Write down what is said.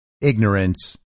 ignorance